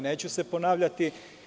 Neću se ponavljati.